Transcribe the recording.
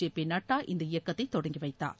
ஜெ P Nadda இந்த இயக்கத்தை தொடங்கிவைத்தார்